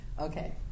Okay